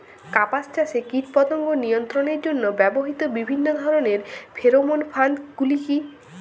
কাপাস চাষে কীটপতঙ্গ নিয়ন্ত্রণের জন্য ব্যবহৃত বিভিন্ন ধরণের ফেরোমোন ফাঁদ গুলি কী?